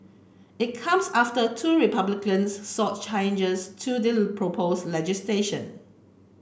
it comes after two Republicans sought changes to the propose legislation